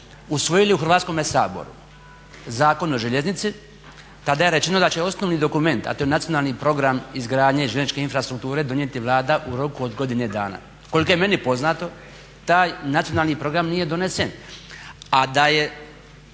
usvojili u Hrvatskome saboru Zakon o željeznici tada je rečeno da će osnovni dokument, a to je Nacionalni program izgradnje željezničke infrastrukture donijeti Vlada u roku od godine dana. Koliko je meni poznato taj nacionalni program nije donesen.